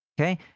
Okay